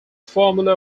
formula